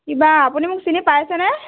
কিবা আপুনি মোক চিনি পাইছেনে